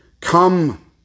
Come